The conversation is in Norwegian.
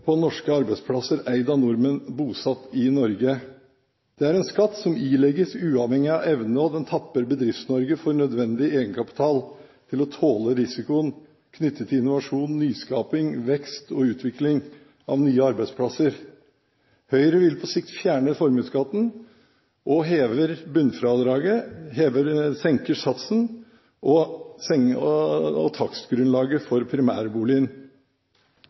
på norske arbeidsplasser eid av nordmenn bosatt i Norge. Det er en skatt som ilegges uavhengig av evne, og den tapper Bedrifts-Norge for nødvendig egenkapital til å tåle risikoen knyttet til innovasjon, nyskaping, vekst og utvikling av nye arbeidsplasser. Høyre vil på sikt fjerne formuesskatten og hever bunnfradraget, senker satsen og senker takstgrunnlaget for primærboligen.